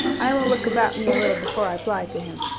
i will look about me a little before i apply to him,